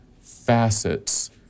facets